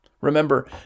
Remember